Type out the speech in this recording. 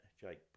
Jake